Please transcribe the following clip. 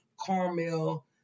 Carmel